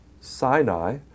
Sinai